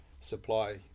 supply